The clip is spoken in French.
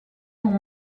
son